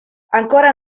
ancora